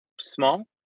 small